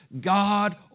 God